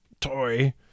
toy